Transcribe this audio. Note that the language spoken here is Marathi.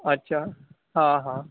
अच्छा हां हां